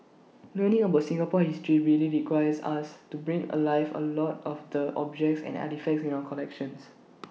learning about Singapore history really requires us to bring alive A lot of the objects and artefacts in our collections